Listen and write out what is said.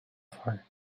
far